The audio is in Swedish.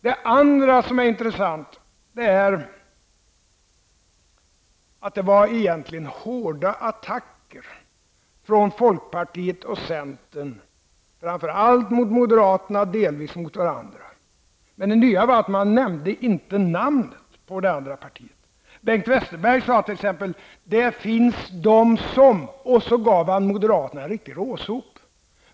Det andra som är intressant är att det egentligen var hårda attacker från folkpartiet och centern framför allt mot moderaterna men delvis mot varandra. Det nya var att man inte nämnde namnet på det andra partiet. Bengt Westerberg sade att det finns de som -- och så gav han moderaterna en riktig såsop.